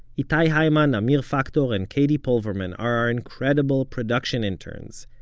itay hyman, amir factor and katie pulverman are our incredible production interns.